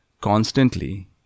constantly